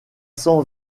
cent